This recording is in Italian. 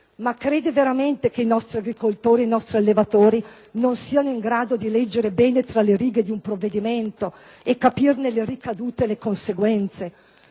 Ma crede veramente che i nostri agricoltori e i nostri allevatori non siano in grado di leggere bene tra le righe di un provvedimento e capirne le ricadute e le conseguenze?